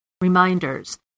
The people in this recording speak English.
reminders